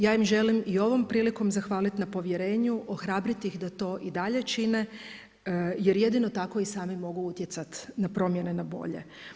Ja im želim i ovom prilikom zahvaliti na povjerenju, ohrabriti ih da i to dalje čine, jer jedino tako i sami mogu utjecati na promjene na bolje.